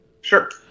Sure